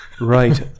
Right